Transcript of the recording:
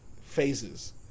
phases